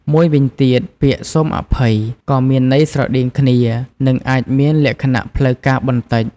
មួយវិញទៀតពាក្យ "សូមអភ័យ" ក៏មានន័យស្រដៀងគ្នា និងអាចមានលក្ខណៈផ្លូវការបន្តិច។